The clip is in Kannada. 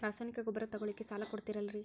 ರಾಸಾಯನಿಕ ಗೊಬ್ಬರ ತಗೊಳ್ಳಿಕ್ಕೆ ಸಾಲ ಕೊಡ್ತೇರಲ್ರೇ?